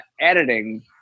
editing